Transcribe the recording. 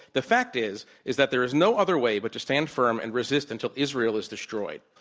the fact is, is that there is no other way but to stand firm and resist until israel is destroyed.